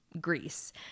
Greece